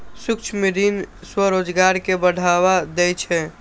सूक्ष्म ऋण स्वरोजगार कें बढ़ावा दै छै